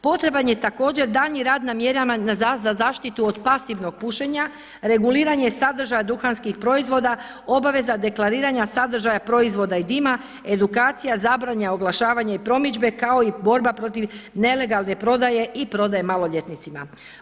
Potreban je također daljnji rad na mjerama za zaštitu od pasivnog pušenja, reguliranje sadržaja duhanskih proizvoda, obaveza deklariranja sadržaja proizvoda i dima, edukacija zabrana oglašavanja i promidžbe kao i borba protiv nelegalne prodaje i prodaje maloljetnicima.